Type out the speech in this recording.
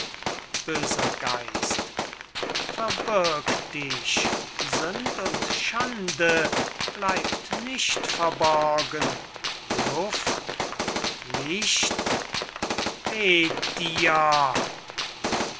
böser geist verbirg dich sünd und schande bleibt nicht verborgen luft licht weh dir